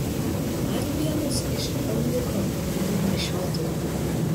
dar vienas iš eunucho gandų nešiotojų